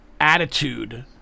Attitude